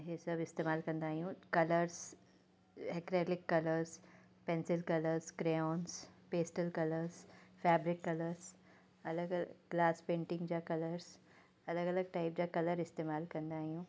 हे सभु इस्तेमालु कंदा आहियूं colours acrylic colours pencil colour crayons pastel colours fabric colours अलॻि ग्लास पेंटिंग्स जा कलर्स अलॻि अलॻि टाइप जा कलर्स इस्तेमालु कंदा आहियूं